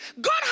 God